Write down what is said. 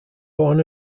born